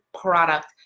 product